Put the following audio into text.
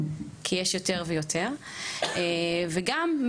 כי יש יותר ויותר חולים צעירים וגם,